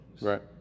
Right